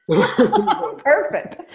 Perfect